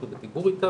אנחנו בדיבור איתם.